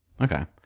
okay